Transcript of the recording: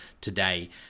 today